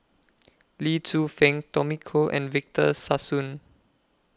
Lee Tzu Pheng Tommy Koh and Victor Sassoon